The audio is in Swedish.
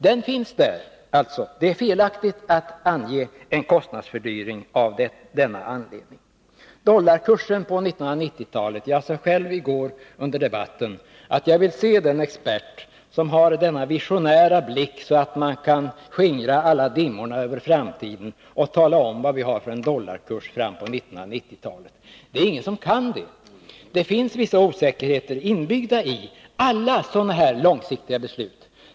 Det är felaktigt att ange en kostnadsfördyring av det skälet. När det gällde dollarkursen sade jag själv under debatten i går att jag vill se den expert som har så visionär blick att han kan skingra alla dimmorna när det gäller framtiden och tala om vad vi kommer att ha för dollarkurs fram på 1990-talet. Det är ingen som kan det. Det finns vissa osäkerheter inbyggda i alla så här långsiktiga beslut.